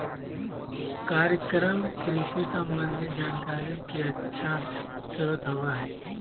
कार्यक्रम कृषि संबंधी जानकारी के अच्छा स्रोत होबय हइ